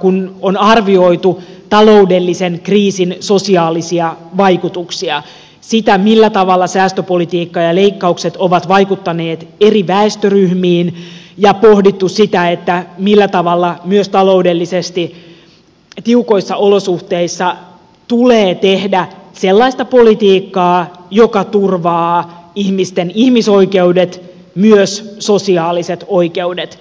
kun on arvioitu taloudellisen kriisin sosiaalisia vaikutuksia sitä millä tavalla säästöpolitiikka ja leikkaukset ovat vaikuttaneet eri väestöryhmiin ja pohdittu sitä millä tavalla myös taloudellisesti tiukoissa olosuhteissa tulee tehdä sellaista politiikkaa joka turvaa ihmisten ihmisoikeudet myös sosiaaliset oikeudet